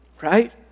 right